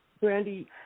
Brandy